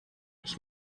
ich